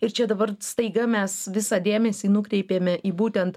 ir čia dabar staiga mes visą dėmesį nukreipėme į būtent